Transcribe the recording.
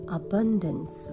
abundance